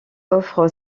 offre